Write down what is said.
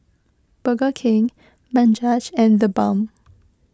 Burger King Bajaj and the Balm